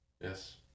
Yes